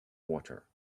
water